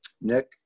Nick